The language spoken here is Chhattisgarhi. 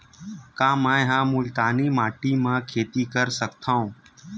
का मै ह मुल्तानी माटी म खेती कर सकथव?